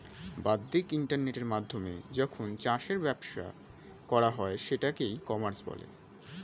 বাদ্দিক ইন্টারনেটের মাধ্যমে যখন চাষের ব্যবসা করা হয় সেটাকে ই কমার্স বলে